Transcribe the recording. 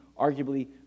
arguably